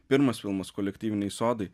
pirmas filmas kolektyviniai sodai